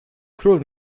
król